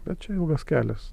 bet čia ilgas kelias